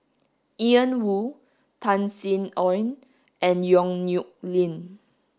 Ian Woo Tan Sin Aun and Yong Nyuk Lin